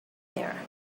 there